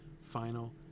final